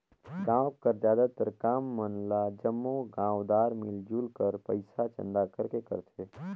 गाँव कर जादातर काम मन ल जम्मो गाँवदार मिलजुल कर पइसा चंदा करके करथे